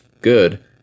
good